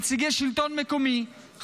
נציגי שלטון מקומי,